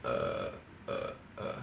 err err err